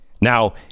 Now